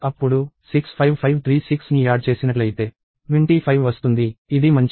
అప్పుడు 65536 ని యాడ్ చేసినట్లయితే 25 వస్తుంది ఇది మంచిది